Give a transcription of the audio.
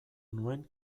nuen